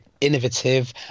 innovative